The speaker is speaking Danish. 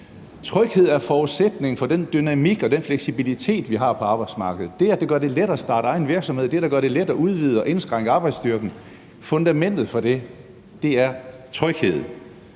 Tryghed er forudsætningen for den dynamik og den fleksibilitet, vi har på arbejdsmarkedet, altså det, der gør det let at starte egen virksomhed, det, der gør det let at udvide og indskrænke arbejdsstyrken. Fundamentet for det er trygheden.